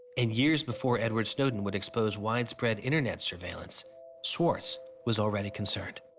and years before edward snowden would expose widespread internet surveillance swartz was already concerned.